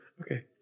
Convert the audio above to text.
Okay